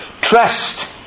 trust